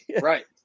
Right